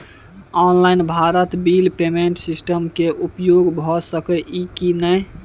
Online Bharat bill payment system के उपयोग भ सके इ की नय?